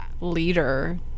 leader